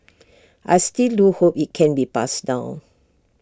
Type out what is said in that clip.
I still do hope IT can be passed down